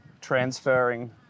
transferring